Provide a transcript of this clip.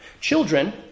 children